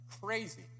crazy